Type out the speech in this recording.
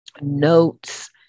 notes